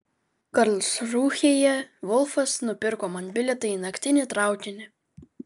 karlsrūhėje volfas nupirko man bilietą į naktinį traukinį